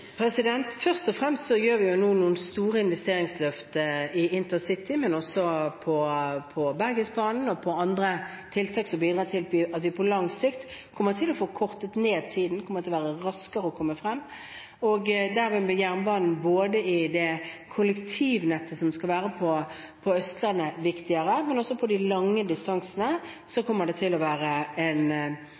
Først og fremst gjør vi nå noen store investeringsløft i intercity – og også på Bergensbanen og andre tiltak som bidrar til at vi på lang sikt kommer til å få kortet ned tiden, det kommer til å være raskere å komme frem. Dermed vil jernbanen være viktigere i kollektivnettet som skal være på Østlandet, og også på de lange distansene kommer det til å være